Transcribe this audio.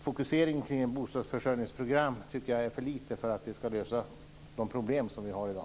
Fokusering på ett bostadsförsörjningsprogram tycker jag är för lite för att det ska lösa de problem som vi har i dag.